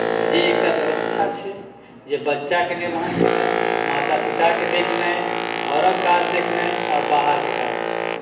जे एकटा व्यवस्था छै जे बच्चाकेँ निर्वहन केनाइ माता पिताकेँ देखनाइ घरक काज देखनाइ आओर बाहरके काज देखनाइ